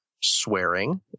swearing